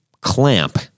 clamp